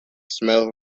smell